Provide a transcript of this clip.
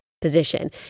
position